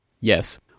Yes